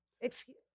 Excuse